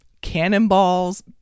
Cannonballs